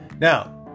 now